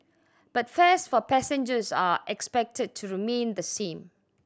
but fares for passengers are expected to remain the same